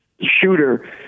shooter